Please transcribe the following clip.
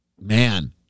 man